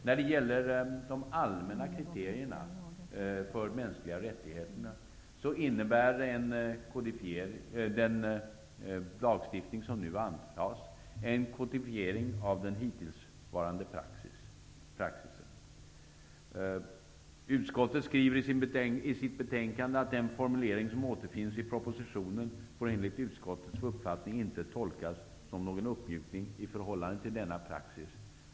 När det gäller de allmänna kriterierna för mänskliga rättigheter innebär den lagstiftning som nu antas en kodifiering av den hittillsvarande praxisen. Utskottet skriver i sitt betänkande att den formulering som återfinns i propositionen enligt utskottets uppfattning inte får tolkas som någon uppmjukning i förhållande till denna praxis.